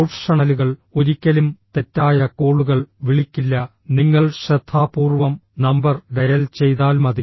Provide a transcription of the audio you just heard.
പ്രൊഫഷണലുകൾ ഒരിക്കലും തെറ്റായ കോളുകൾ വിളിക്കില്ല നിങ്ങൾ ശ്രദ്ധാപൂർവ്വം നമ്പർ ഡയൽ ചെയ്താൽ മതി